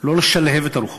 לא לשלהב את הרוחות,